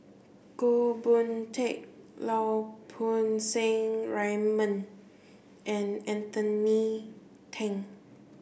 Goh Boon Teck Lau Poo Seng Raymond and Anthony Then